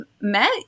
met